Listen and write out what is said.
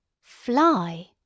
Fly